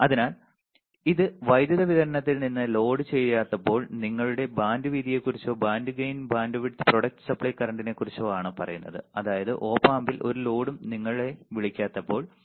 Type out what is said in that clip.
അതിനാൽ ഇത് വൈദ്യുതി വിതരണത്തിൽ നിന്ന് ലോഡ് ചെയ്യാത്തപ്പോൾ നിങ്ങളുടെ ബാൻഡ് വീതിയെക്കുറിച്ചോ band gain bandwidth product supply കറന്റിനെക്കുറിച്ചോ ആണ് പറയുന്നത് അതായത് ഒപ് ആമ്പിൽ ഒരു ലോഡും നിങ്ങളെ വിളിക്കാത്തപ്പോൾ